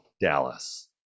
dallas